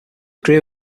career